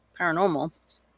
paranormal